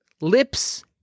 lips